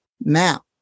Now